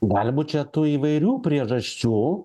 gali būt čia tų įvairių priežasčių